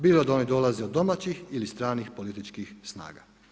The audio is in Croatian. Bilo da oni dolaze od domaćih ili stranih političkih snaga.